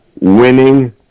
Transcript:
winning